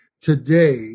today